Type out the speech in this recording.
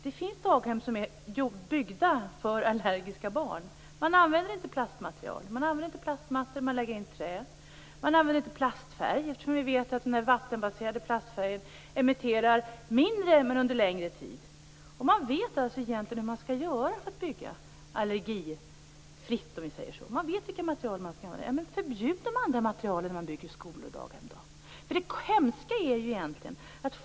Det finns daghem som är byggda för allergiska barn. Man använder inte plastmaterial eller plastmattor, utan man lägger in trä. Man använder inte plastfärger. Vi vet att vattenbaserade plastfärger emitterar mindre men under en längre tid. Man vet egentligen hur man skall göra för att bygga allergifritt. Man vet vilka material man skall använda. Förbjud de andra materialen i skolor och daghem.